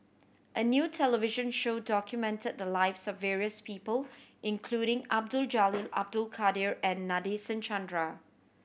a new television show documented the lives of various people including Abdul Jalil Abdul Kadir and Nadasen Chandra